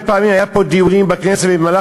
בשלוש,